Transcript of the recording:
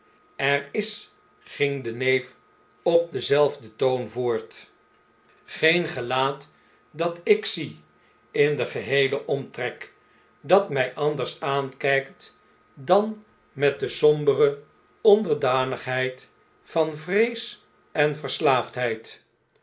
er is ging de neef op denzelfden toon voort geen gelaat dat ik zie in den geheelen omtrek dat mij anders aankijkt dan met de sombere onderdanigheid van vrees en verslaafdheid